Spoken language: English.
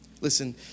Listen